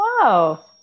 Wow